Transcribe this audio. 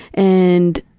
and